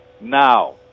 Now